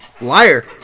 liar